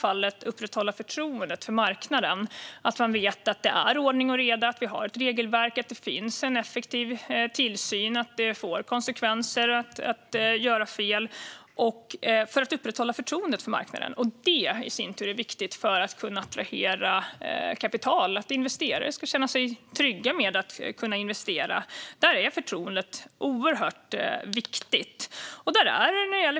Att man vet att det är ordning och reda, att vi har ett regelverk, att det finns en effektiv tillsyn och att det får konsekvenser att göra fel är viktigt för att upprätthålla förtroendet för marknaden. Detta är i sin tur viktigt för att kunna attrahera kapital och för att investerare ska känna sig trygga med att investera. Där är förtroendet oerhört viktigt.